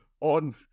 on